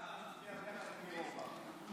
ההצעה להעביר את הנושא לוועדת